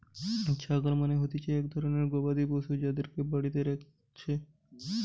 ছাগল মানে হতিছে এক ধরণের গবাদি পশু যাদেরকে বাড়িতে রাখতিছে